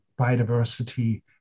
biodiversity